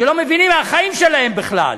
שלא מבינים מהחיים שלהם בכלל.